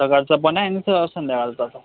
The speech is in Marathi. सकाळचा पण आहे आणि संध्याकाळचा पण